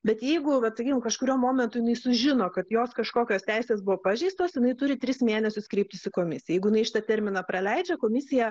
bet jeigu vat sakykim kažkuriuo momentu jinai sužino kad jos kažkokios teisės buvo pažeistos jinai turi tris mėnesius kreiptis į komisiją jeigu jinai šitą terminą praleidžia komisija